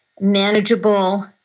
manageable